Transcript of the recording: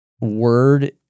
word